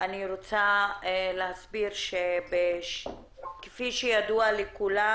אני רוצה להסביר שכפי שידוע לכולם,